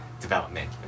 development